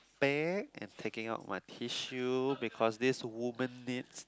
bag and taking out my tissue because this woman needs